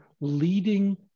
leading